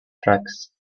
tracks